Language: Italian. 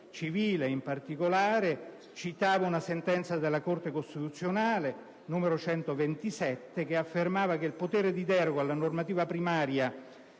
civile. In particolare, citavo una sentenza della Corte costituzionale, la n. 127 del 1995, che afferma che il potere di deroga alla normativa primaria